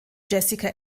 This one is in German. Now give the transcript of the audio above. jessica